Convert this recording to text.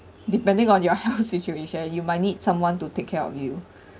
depending on your health situation you might need someone to take care of you